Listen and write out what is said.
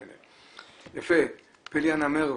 יפה, פלי 'הנמר'.